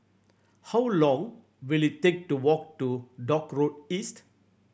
how long will it take to walk to Dock Road East